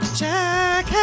jack